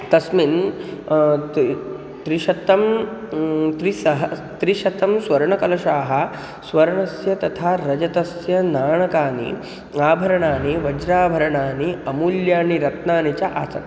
तस्मिन् तत्र त्रिशतं त्रिसहस्रं त्रिशतं स्वर्णकलशाः स्वर्णस्य तथा रजतस्य नाणकानि आभरणानि वज्राभरणानि अमूल्यानि रत्नानि च आसन्